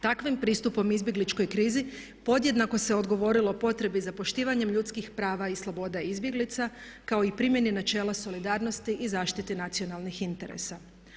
Takvim pristupom izbjegličkoj krizi podjednako se odgovorilo potrebi za poštivanjem ljudskih prava i sloboda izbjeglica kao i primjeni načela solidarnosti i zaštiti nacionalnih interesa.